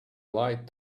light